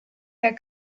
der